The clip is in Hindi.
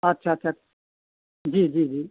अच्छा अच्छा जी जी जी